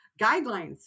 guidelines